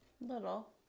little